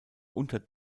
unter